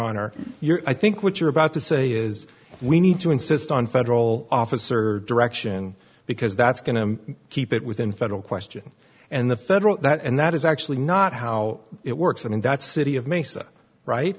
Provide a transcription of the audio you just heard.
honor your i think what you're about to say is we need to insist on federal officer direction because that's going to keep it within federal question and the federal that and that is actually not how it works and in that city of mesa right